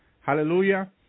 hallelujah